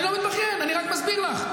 אני לא מתבכיין, אני רק מסביר לך.